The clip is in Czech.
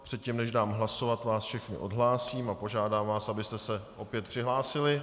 Předtím než dám hlasovat, vás všechny odhlásím a požádám vás, abyste se opět přihlásili.